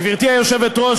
גברתי היושבת-ראש,